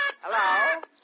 Hello